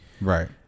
right